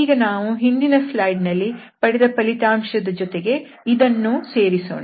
ಈಗ ನಾವು ಹಿಂದಿನ ಸ್ಲೈಡ್ ನಲ್ಲಿ ಪಡೆದ ಫಲಿತಾಂಶದ ಜೊತೆಗೆ ಇದನ್ನೂ ಸೇರಿಸೋಣ